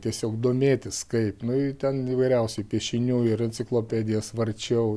tiesiog domėtis kaip nu į ten įvairiausių piešinių ir enciklopedijas varčiau